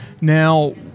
now